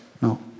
no